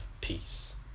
peace